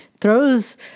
throws